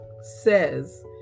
says